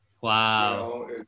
Wow